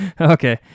Okay